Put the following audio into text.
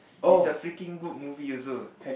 is a freaking good movie also